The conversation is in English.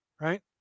right